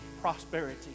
prosperity